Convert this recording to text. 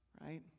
Right